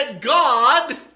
God